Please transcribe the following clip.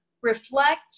reflect